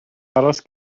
aros